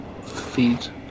feet